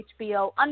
HBO